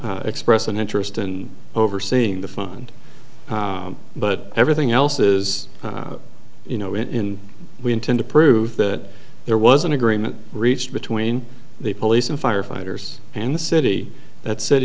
expressed an interest in overseeing the fund but everything else is you know when we intend to prove that there was an agreement reached between the police and firefighters and the city that said